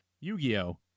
Yu-Gi-Oh